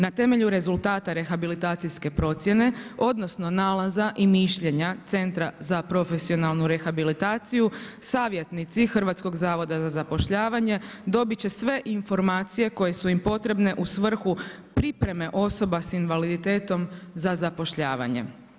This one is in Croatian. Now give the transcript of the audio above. Na temelju rezultata rehabilitacijske procjene odnosno nalaza i mišljenja Centra za profesionalnu rehabilitaciju, savjetnici Hrvatskog zavoda za zapošljavanje dobit će sve informacije koje su im potrebne u svrhu priprema osoba s invaliditetom za zapošljavanje.